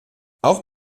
auch